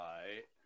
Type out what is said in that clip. Right